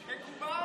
מקובל.